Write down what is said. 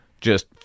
just-